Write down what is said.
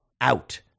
out